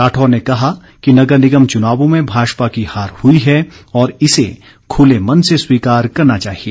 राठौर ने कहा कि नगर निगम चुनावों में भाजपा की हार हुई है और इसे खुले मन से स्वीकार करना चाहिए